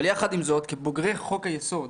אבל יחד עם זאת, כבוגרי חוק היסוד,